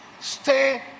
Stay